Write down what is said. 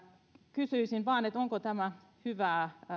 kysyisin vain onko tämä hyvää